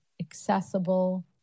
accessible